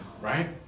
right